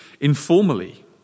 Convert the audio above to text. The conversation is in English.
informally